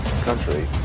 country